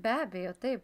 be abejo taip